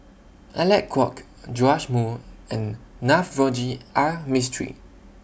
Alec Kuok Joash Moo and Navroji R Mistri